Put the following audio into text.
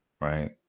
right